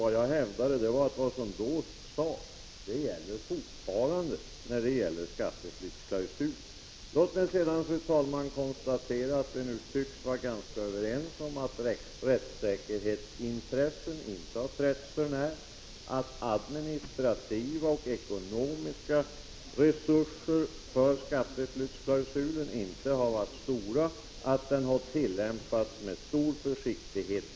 Vad jag hävdade var att det som då sades beträffande skatteflyktsklausulen 59 fortfarande gäller. Låt mig sedan konstatera att vi nu tycks vara ganska överens om att rättssäkerhetsintressen inte har trätts för när, att administrativa och ekonomiska resurser när det gäller skatteflyktsklausulen inte har varit stora och att klausulen hittills har tillämpats med stor försiktighet.